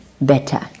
better